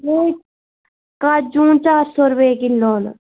नेईं काजू चार सौ रपेऽ किलो न